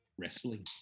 wrestling